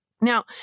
Now